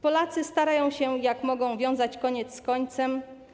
Polacy starają się jak mogą wiązać koniec z końcem.